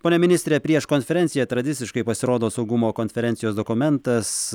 pone ministre prieš konferenciją tradiciškai pasirodo saugumo konferencijos dokumentas